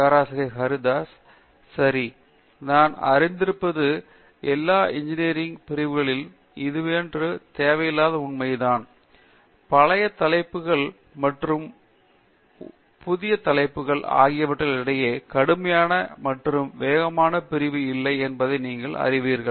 பேராசிரியர் பிரதாப் ஹரிதாஸ் சரி நான் அறிந்திருப்பது எல்லா இன்ஜினியரிங் பிரிவுகளிலும் இதுவேயன்றி இதேபோல் உண்மைதான் பழைய தலைப்புகள் மற்றும் புதிய தலைப்புகள் ஆகியவற்றிற்கு இடையேயான கடுமையான மற்றும் வேகமான பிரிவு இல்லை என்பதை நீங்கள் அறிவீர்கள்